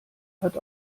hat